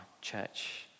church